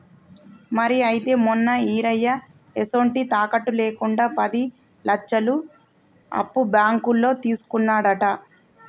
మరి అయితే మొన్న ఈరయ్య ఎసొంటి తాకట్టు లేకుండా పది లచ్చలు అప్పు బాంకులో తీసుకున్నాడట